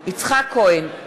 יצחק כהן,